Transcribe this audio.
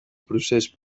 procés